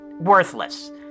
worthless